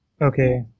Okay